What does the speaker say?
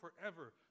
forever